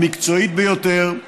המקצועית ביותר,